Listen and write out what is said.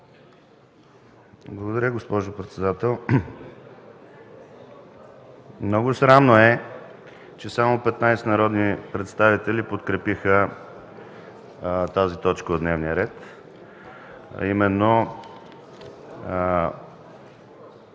Благодаря, госпожо председател. Много срамно е, че само 15 народни представители подкрепиха тази точка от дневния ред, а именно